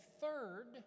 third